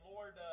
Lord